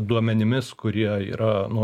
duomenimis kurie yra nu